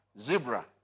Zebra